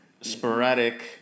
sporadic